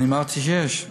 אני אמרתי שיש.